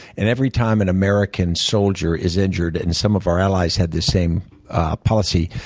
and every time an american solider is injured, and some of our allies had the same policy,